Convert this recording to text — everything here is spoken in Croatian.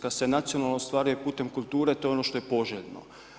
Kad se nacionalno ostvaruje putem kulture, to je ono što je poželjno.